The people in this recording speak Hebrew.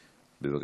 בבקשה,